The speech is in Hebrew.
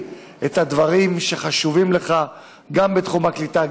את הדברים שחשובים לך גם בתחום הקליטה,